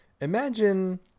Imagine